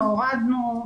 לא הורדנו,